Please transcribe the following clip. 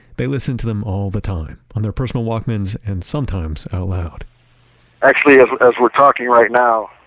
they listen to them all the time on their personal walkmans and sometimes out loud actually, as as we're talking right now,